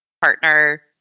partner